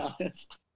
honest